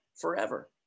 forever